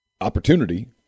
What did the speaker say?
Opportunity